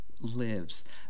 lives